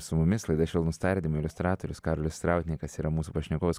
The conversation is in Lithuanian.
su mumis laida švelnūs tardymai iliustratorius karolis strautniekas yra mūsų pašnekovas